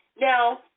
Now